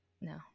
No